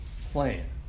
plan